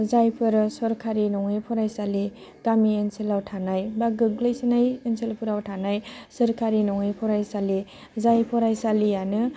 जायफोरो सरखारि नङि फरायसालि गामि ओनसोलाव थानाय बा गोग्लैसोनाय ओनसोलफोराव थानाय सोरखारि नङै फरायसालि जाय फरायसालियानो